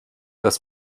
dass